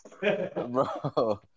bro